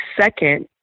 second